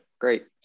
great